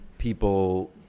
people